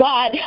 God